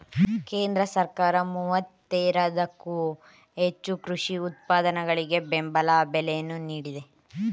ಕೇಂದ್ರ ಸರ್ಕಾರ ಮೂವತ್ತೇರದಕ್ಕೋ ಹೆಚ್ಚು ಕೃಷಿ ಉತ್ಪನ್ನಗಳಿಗೆ ಬೆಂಬಲ ಬೆಲೆಯನ್ನು ನೀಡಿದೆ